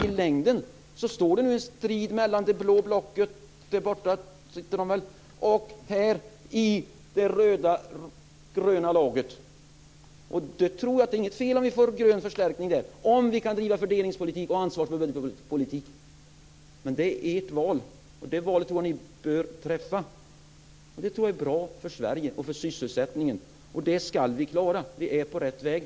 I längden står ju en strid mellan det blå blocket och det röda och gröna laget här i kammaren men det är nog inget fel att få en grön förstärkning om vi kan driva fördelningspolitik och en ansvarsfull budgetpolitik. Det är dock ert val och det valet tror jag att ni bör träffa. Jag tror att det vore bra för Sverige och för sysselsättningen. Vi ska klara det och vi är på rätt väg.